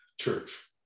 church